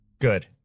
Good